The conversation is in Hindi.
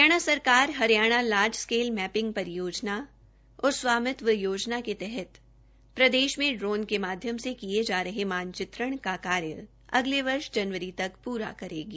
हरियाणा सराकार हरियाणा लार्ज स्केल मैपिंग परियोजनरा और स्वामित्व योजना के तहत प्रदेश में ड्रोन के माध्यम से किए जा रहे मानचित्रण का कार्य अगले वर्ष जनवरी तक पूरा करेगी